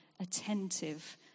attentive